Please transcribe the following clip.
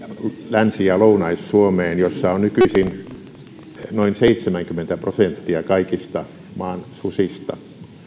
länsi ja lounais suomeen missä on nykyisin noin seitsemänkymmentä prosenttia kaikista maan susista